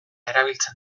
erabiltzen